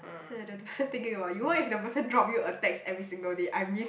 hmm the person thinking about you what if the person drop you a text every single day I miss